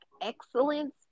excellence